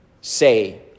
say